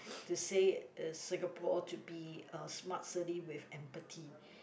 to say is Singapore to be a smart city with empathy